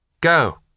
Go